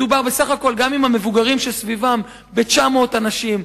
מדובר בסך הכול גם עם המבוגרים שסביבם ב-900 אנשים.